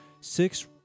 Six